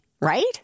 right